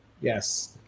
yes